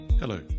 Hello